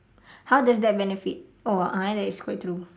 how does that benefit oh a'ah eh that is quite true